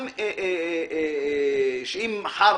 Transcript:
גם שאם מחר